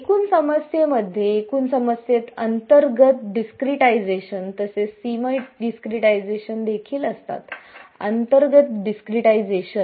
एकूण समस्येमध्ये एकूण समस्येस अंतर्गत डिस्क्रीटायझेशन तसेच सीमा डिस्क्रीटायझेशन देखील असतात अंतर्गत डिस्क्रीटायझेशन